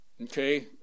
Okay